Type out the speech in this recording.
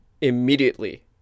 immediately